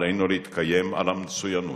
עלינו להתקיים על המצוינות,